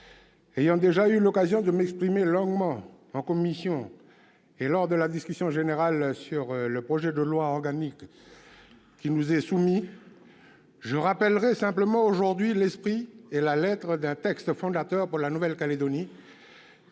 ayant déjà eu l'occasion de m'exprimer longuement en commission et lors de la discussion générale sur le projet de loi organique qui nous est aujourd'hui soumis, je rappellerai simplement l'esprit et la lettre d'un texte fondateur pour la Nouvelle-Calédonie